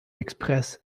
express